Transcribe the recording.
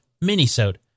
mini-sode